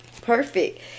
perfect